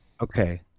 Okay